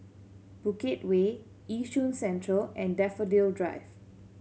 Bukit Way Yishun Central and Daffodil Drive